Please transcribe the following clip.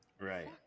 right